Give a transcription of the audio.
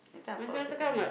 later Appa will tekan him